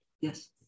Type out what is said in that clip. Yes